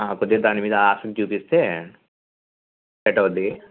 కొద్దిగా దాని మీద ఆసక్తి చూపిస్తే సెట్ అవుద్ది